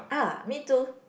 ah me too